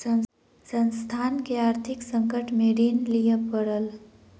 संस्थान के आर्थिक संकट में ऋण लिअ पड़ल